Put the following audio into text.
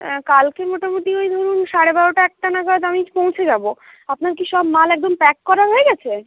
কালকে মোটামুটি ওই ধরুন সাড়ে বারোটা একটা নাগাদ আমি পৌঁছে যাবো আপনার কি সব মাল একদম প্যাক করা হয়ে গেছে